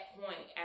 point